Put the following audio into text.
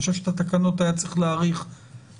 אני חושב שאת התקנות היה צריך להאריך בצורה